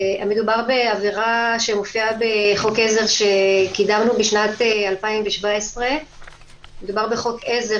מדובר בעבירה שמופיעה בחוק עזר שקידמנו בשנת 2017. מדובר בחוק עזר